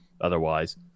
otherwise